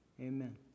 Amen